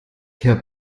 herr